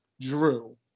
Drew